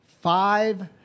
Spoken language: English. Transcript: five